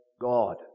God